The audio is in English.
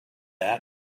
that